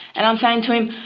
and i'm saying to him,